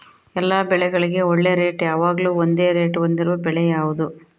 ಎಲ್ಲ ಬೆಳೆಗಳಿಗೆ ಒಳ್ಳೆ ರೇಟ್ ಯಾವಾಗ್ಲೂ ಒಂದೇ ರೇಟ್ ಹೊಂದಿರುವ ಬೆಳೆ ಯಾವುದು?